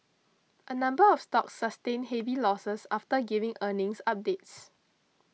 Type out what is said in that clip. a number of stocks sustained heavy losses after giving earnings updates